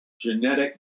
genetic